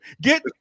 Get